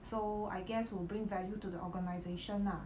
so I guess will bring value to the organisation lah